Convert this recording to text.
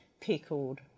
pickled